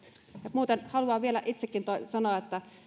muuten haluan vielä itsekin sanoa että